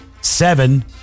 Seven